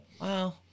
wow